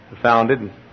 Founded